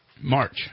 March